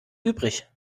übrig